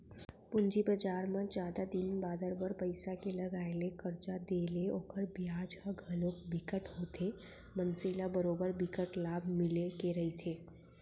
पूंजी बजार म जादा दिन बादर बर पइसा के लगाय ले करजा देय ले ओखर बियाज ह घलोक बिकट होथे मनसे ल बरोबर बिकट लाभ मिले के रहिथे